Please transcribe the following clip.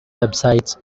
websites